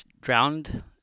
drowned